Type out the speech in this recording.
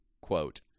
Quote